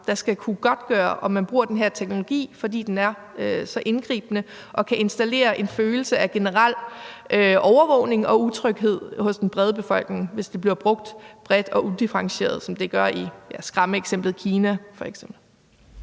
der skal kunne godtgøre, om man bruger den her teknologi, fordi den er så indgribende og kan installere en følelse af generel overvågning og utryghed hos den brede befolkning, hvis den bliver brugt bredt og udifferentieret, som den f.eks. gør i skræmmeeksemplet Kina. Kl.